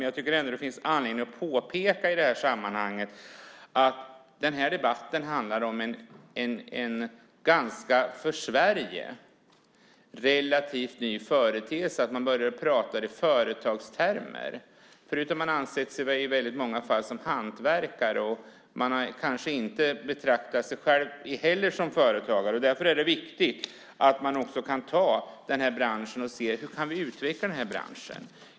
Jag tycker ändå att det finns anledning att påpeka i det här sammanhanget att den här debatten handlar om en för Sverige relativt ny företeelse, att man börjat prata i företagstermer. Förut har man ansett sig i väldigt många fall som hantverkare. Man har kanske inte betraktat sig själv som företagare. Därför är det viktigt att man kan ta den här branschen och se hur man kan utveckla den.